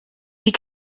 die